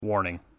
Warning